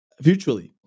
virtually